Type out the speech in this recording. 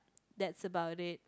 that's about it